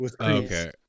Okay